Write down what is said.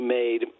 made